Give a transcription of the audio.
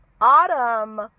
Autumn